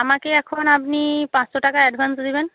আমাকে এখন আপনি পাঁচশো টাকা অ্যাডভান্স দেবেন